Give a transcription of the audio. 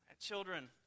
Children